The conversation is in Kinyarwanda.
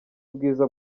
ubwiza